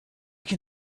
can